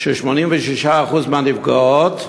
ש-86% מהנפגעות,